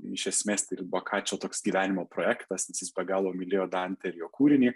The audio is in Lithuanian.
iš esmės tai ir bokačio toks gyvenimo projektas nes jis be galo mylėjo dantę ir jo kūrinį